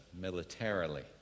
militarily